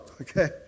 Okay